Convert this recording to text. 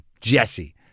Jesse